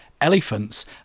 elephants